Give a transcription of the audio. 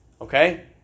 okay